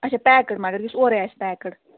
اَچھا پٮ۪کٕڈ مگر یُس اورے آسہِ پٮ۪کٕڈ